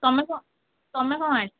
ତୁମେ ତୁମେ କ'ଣ ଆଣିବ